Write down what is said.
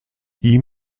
ihm